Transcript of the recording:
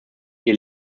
ihr